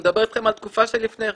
אני מדבר איתכם על תקופה שלפני כן.